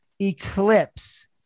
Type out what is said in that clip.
eclipse